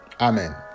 Amen